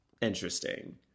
interesting